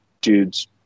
dudes